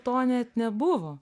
to net nebuvo